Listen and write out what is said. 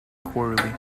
quarterly